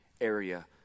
area